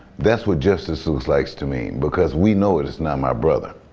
that's what justice looks like to me. because we know it is not my brother.